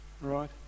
right